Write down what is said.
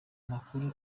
makuru